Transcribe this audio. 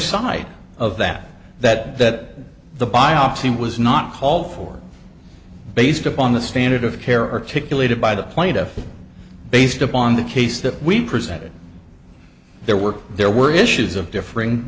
side of that that that the biopsy was not call for based upon the standard of care articulated by the plaintiff based upon the case that we presented there were there were issues of differing